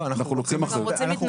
לא, אנחנו רוצים הסברים.